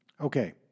Okay